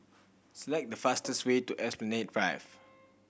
select the fastest way to Esplanade Drive